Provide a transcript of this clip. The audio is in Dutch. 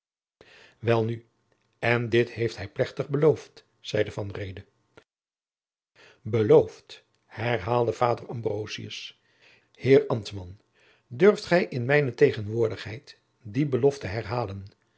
welnu en dit heeft hij plechtig beloofd zeide van reede beloofd herhaalde vader ambrosius heer ambtman durft gij in mijne tegenwoordigheid die belofte herhalen